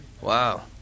Wow